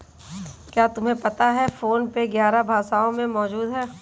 क्या तुम्हें पता है फोन पे ग्यारह भाषाओं में मौजूद है?